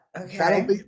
Okay